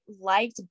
liked